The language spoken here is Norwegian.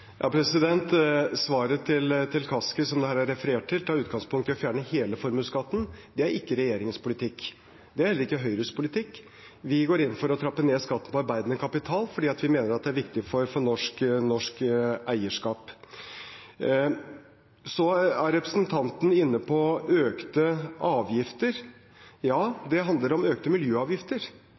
Svaret til Kaski, som det her er referert til, tar utgangspunkt i å fjerne hele formuesskatten. Det er ikke regjeringens politikk. Det er heller ikke Høyres politikk. Vi går inn for å trappe ned skatt på arbeidende kapital fordi vi mener det er viktig for norsk eierskap. Så er representanten inne på økte avgifter. Ja, det handler om økte miljøavgifter.